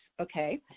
okay